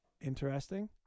interesting